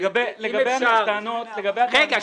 אם אפשר --- לגבי הטענות --- רגע,